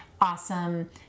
awesome